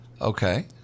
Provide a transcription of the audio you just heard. Okay